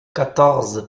quatorze